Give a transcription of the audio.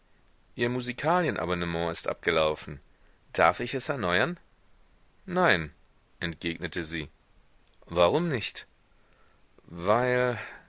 ihr musikalienabonnement ist abgelaufen darf ich es erneuern nein entgegnete sie warum nicht weil